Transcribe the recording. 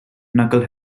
knuckle